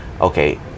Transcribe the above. okay